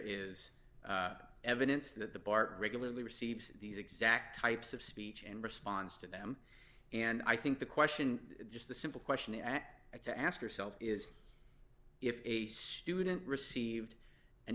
is evidence that the bar regularly receives these exact types of speech and responds to them and i think the question just the simple question at a to ask yourself is if a student received an